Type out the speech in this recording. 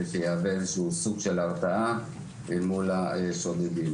שזה יהווה סוג של הרתעה אל מול השודדים.